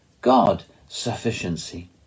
God-sufficiency